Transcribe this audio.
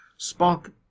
Spock